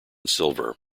silver